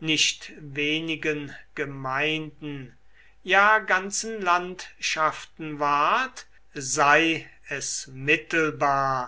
nicht wenigen gemeinden ja ganzen landschaften ward sei es mittelbar